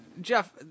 Jeff